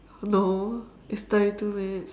no it's thirty two minutes